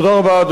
תודה רבה.